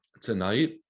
Tonight